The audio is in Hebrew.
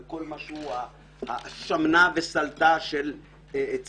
לכל מה שהוא השמנה והסלתה של צה"ל.